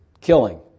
killing